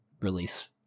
release